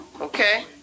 Okay